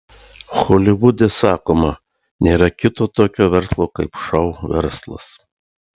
holivude sakoma nėra kito tokio verslo kaip šou verslas